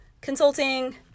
consulting